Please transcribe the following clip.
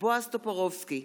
בועז טופורובסקי,